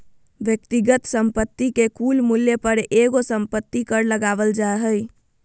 व्यक्तिगत संपत्ति के कुल मूल्य पर एगो संपत्ति कर लगावल जा हय